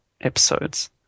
episodes